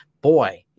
boy